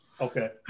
okay